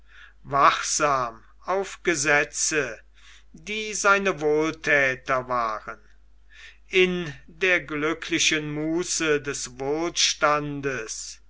wachsam auf gesetze die seine wohlthäter waren in der glücklichen muße des wohlstands